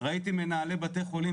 ראיתי מנהלי בתי החולים,